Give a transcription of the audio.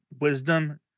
Wisdom